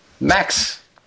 Max